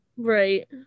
Right